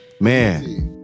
Man